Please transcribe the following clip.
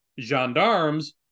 gendarmes